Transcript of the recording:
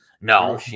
No